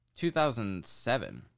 2007